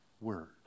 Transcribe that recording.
word